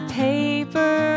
paper